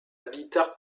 guitare